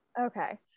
okay